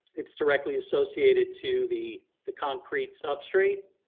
it's directly associated to the the concrete substrate,